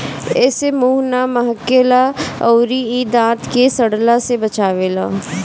एसे मुंह ना महके ला अउरी इ दांत के सड़ला से बचावेला